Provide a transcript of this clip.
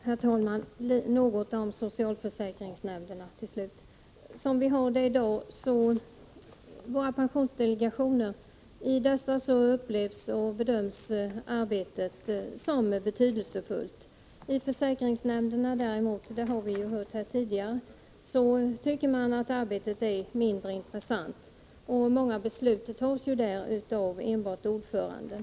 Herr talman! Jag vill till slut säga några ord om socialförsäkringsnämnderna. I våra pensionsdelegationer upplevs arbetet som betydelsefullt. I försäkringsnämnderna däremot, det har vi redan hört, tycker man att arbetet är mindre intressant, och många beslut fattas där av enbart ordföranden.